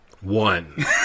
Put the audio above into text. One